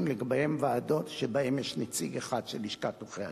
לגבי ועדות שבהן יש נציג אחד של לשכת עורכי-הדין.